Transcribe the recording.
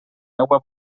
meua